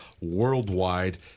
worldwide